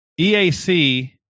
EAC